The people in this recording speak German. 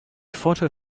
vorteil